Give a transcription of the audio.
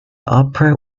opera